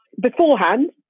beforehand